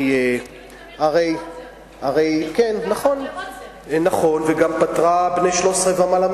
יולי תמיר פתחה עוד זרם.